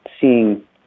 seeing